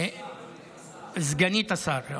סגנית השר.